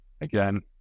again